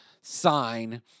sign